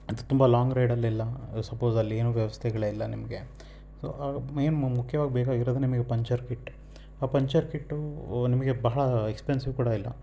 ಅದು ತುಂಬ ಲಾಂಗ್ ರೈಡಲ್ಲೆಲ್ಲ ಸಪೋಸ್ ಅಲ್ಲಿ ಏನೂ ವ್ಯವಸ್ಥೆಗಳೇ ಇಲ್ಲ ನಿಮಗೆ ಸೊ ಆಗ ಮೇಯ್ನ್ ಮು ಮುಖ್ಯವಾಗಿ ಬೇಕಾಗಿರೋದು ನಿಮಗೆ ಪಂಚರ್ ಕಿಟ್ ಆ ಪಂಚರ್ ಕಿಟ್ಟು ನಿಮಗೆ ಬಹಳ ಎಕ್ಸ್ಪೆನ್ಸಿವ್ ಕೂಡ ಇಲ್ಲ